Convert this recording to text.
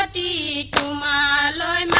ah la la